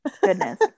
Goodness